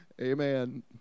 Amen